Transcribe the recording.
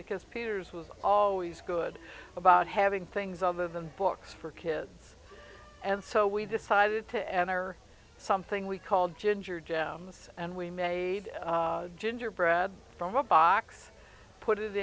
because peters was always good about having things other than books for kids and so we decided to enter something we called ginger gems and we made gingerbread from a box put it